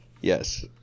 Yes